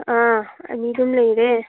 ꯑꯥ ꯑꯅꯤꯗꯨꯝ ꯂꯩꯔꯦ